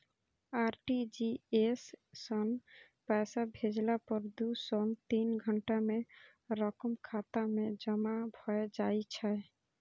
RTGS सं पैसा भेजला पर दू सं तीन घंटा मे रकम खाता मे जमा भए जाइ छै